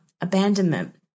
abandonment